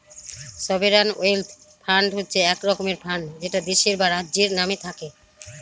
sovereign wealth fund হচ্ছে এক রকমের ফান্ড যেটা দেশের বা রাজ্যের নামে থাকে